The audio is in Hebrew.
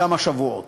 כמה שבועות?